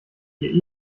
die